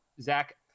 Zach